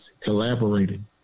collaborating